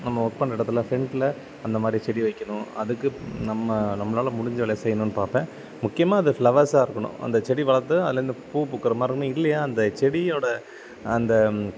நம்ம ஒர்க் பண்ணுற இடத்துல ஃப்ரெண்ட்டில் அந்த மாதிரி செடி வைக்கணும் அதுக்கு நம்ம நம்மளால் முடிஞ்ச வேலைய செய்யணுன்னு பார்ப்பேன் முக்கியமாக அது ஃப்ளவர்ஸா இருக்கணும் அந்த செடி வளர்த்து அதுலேருந்து பூ பூக்குற மாதிரி இருக்கணும் இல்லையா அந்த செடியோட அந்த